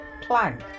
plank